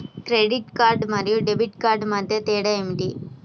Credit card మరియు debit card మధ్య తేడా ఏమిటి?